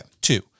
Two